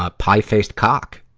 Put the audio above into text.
ah pie faced cock.